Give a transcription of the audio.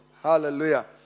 Hallelujah